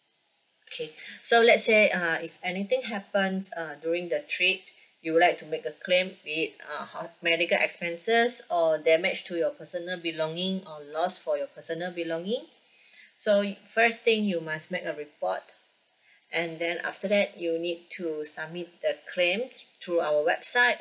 okay so let's say uh if anything happens uh during the trip you would like to make a claim with it uh ho~ medical expenses or damage to your personal belonging or loss for your personal belonging so y~ first thing you must make a report and then after that you need to submit the claim through our website